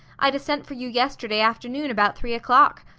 i'd a-sent for you yesterday afternoon about three o'clock.